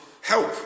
help